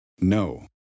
no